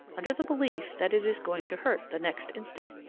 under the belief that it is going to hurt the next instant.